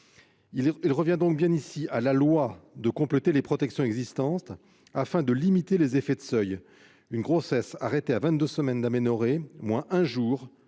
Il revient donc bien ici à la loi de compléter les protections existantes afin de limiter les effets de seuil : aujourd'hui, une grossesse arrêtée à 22 semaines d'aménorrhée moins un jour